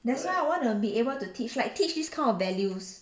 that's why I wanna be able to teach like teach this kind of values